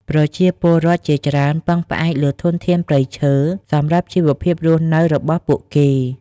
ប្រជាពលរដ្ឋជាច្រើនពឹងផ្អែកលើធនធានព្រៃឈើសម្រាប់ជីវភាពរស់នៅរបស់ពួកគេ។